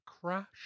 Crash